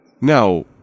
Now